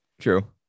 True